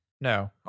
No